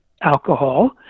alcohol